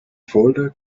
folder